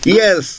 yes